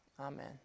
Amen